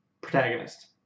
protagonist